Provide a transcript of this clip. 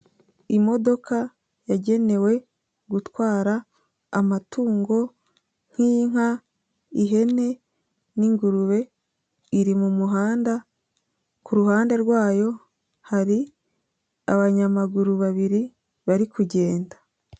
Imodoka yagenewe gutwara amatungo nk'inka, ihene n'ingurube iri mu muhanda ku ruhande rwayo hari abanyamaguru babiri bari kugenda.